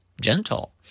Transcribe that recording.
Gentle